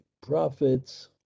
prophets